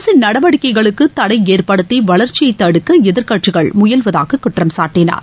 அரசின் நடவடிக்கைகளுக்கு தடை ஏற்படுத்தி வளர்ச்சியை தடுக்க எதிர்கட்சிகள் முயல்வதாக குற்றம்சாட்டினார்